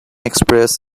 express